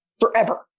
forever